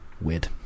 weird